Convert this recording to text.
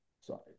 sorry